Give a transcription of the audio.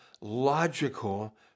logical